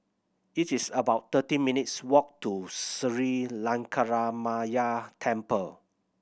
it is about thirteen minutes' walk to Sri Lankaramaya Temple